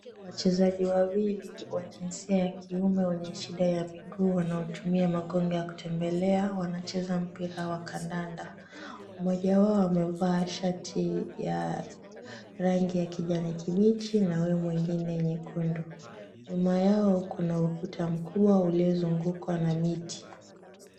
Wachezaji wawili wa jinsia ya kiume wenye shida ya miguu wanaotumia magongo ya kutembelea, wanacheza mpira wa kandanda. Mmoja wao amevaa shati ya rangi ya kijani kibichi na huyo mwengine nyekundu. Nyuma yao kuna ukuta mkubwa uliozungukwa na miti.